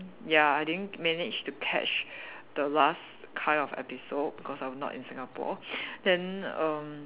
ya I didn't manage to catch the last kind of episode because I was not in Singapore then erm